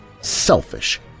selfish